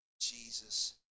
Jesus